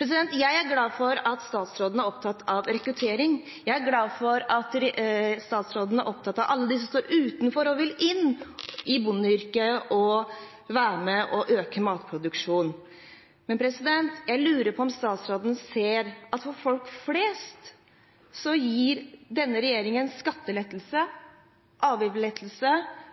Jeg er glad for at statsråden er opptatt av rekruttering. Jeg er glad for at statsråden er opptatt av alle dem som står utenfor og vil inn i bondeyrket og være med på å øke matproduksjonen. Men jeg lurer på om statsråden ser at denne regjeringen gir skatte- og avgiftslettelser for folk flest